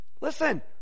Listen